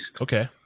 Okay